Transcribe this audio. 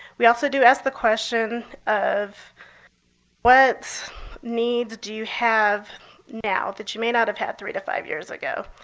we also do ask the question of what needs do you have now that you may not have had three to five years ago?